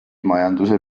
majanduse